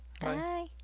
Bye